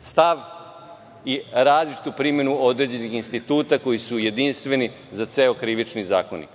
stav i različitu primenu određenih instituta koji su jedinstveni za ceo Krivični zakonik.